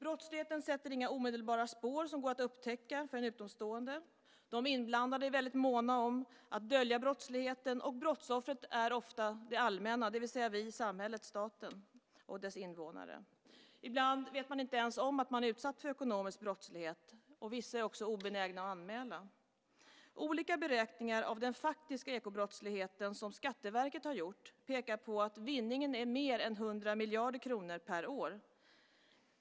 Brottsligheten sätter inga omedelbara spår som går att upptäcka för en utomstående. De inblandade är väldigt måna om att dölja brottsligheten. Och brottsoffret är ofta det allmänna, det vill säga vi, staten, samhället och dess invånare. Ibland vet man inte ens om att man är utsatt för ekonomisk brottslighet. Vissa är också obenägna att anmäla. Olika beräkningar av den faktiska ekobrottsligheten som Skatteverket har gjort pekar på att vinningen är mer än 100 miljarder kronor per år.